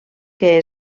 que